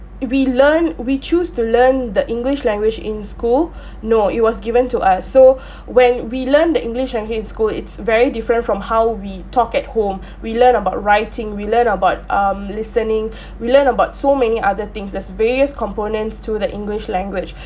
we learn we choose to learn the english language in school no it was given to us so when we learned the english language in school it's very different from how we talk at home we learn about writing we learned about um listening we learn about so many other things there's various components to the english language